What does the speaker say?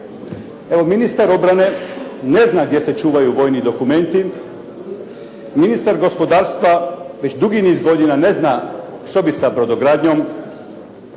Evo ministar obrane ne zna gdje se čuvaju vojni dokumenti. Ministar gospodarstva već dugi niz godina ne zna što bi sa brodogradnjom.